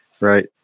right